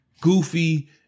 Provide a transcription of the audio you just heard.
goofy